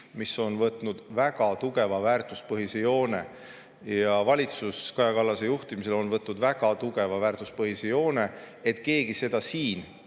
riik on võtnud väga tugeva väärtuspõhise joone, valitsus Kaja Kallase juhtimisel on võtnud väga tugeva väärtuspõhise joone, siis keegi seda siin